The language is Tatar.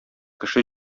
кеше